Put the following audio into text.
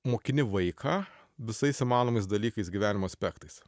mokini vaiką visais įmanomais dalykais gyvenimo aspektais